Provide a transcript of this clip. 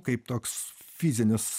kaip toks fizinis